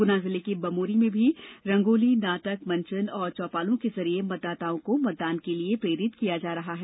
गुना जिले की बमोरी में भी रांगोली नाटक मंचन और चौपालों के जरिए मतदाताओं को मतदान के लिए प्रेरित किया जा रहा है